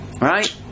Right